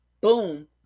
boom